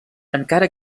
encara